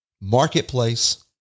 marketplace